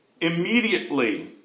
Immediately